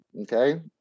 okay